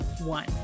one